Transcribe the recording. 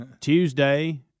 Tuesday